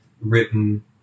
written